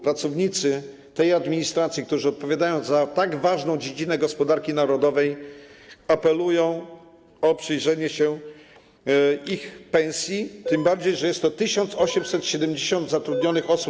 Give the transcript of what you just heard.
Pracownicy tej administracji, którzy odpowiadają za tak ważną dziedzinę gospodarki narodowej, apelują o przyjrzenie się ich pensjom, tym bardziej że jest to w skali kraju 1870 zatrudnionych osób.